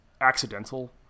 accidental